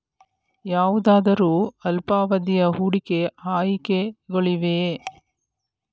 ಯಾವುದಾದರು ಅಲ್ಪಾವಧಿಯ ಹೂಡಿಕೆ ಆಯ್ಕೆಗಳಿವೆಯೇ?